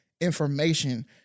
information